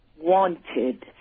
wanted